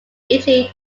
italy